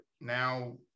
Now